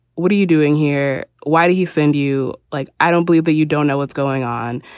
what are you doing here? why did he send you? like, i don't believe that you don't know what's going on.